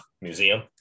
Museum